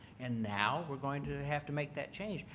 and now we're going to have to make that change,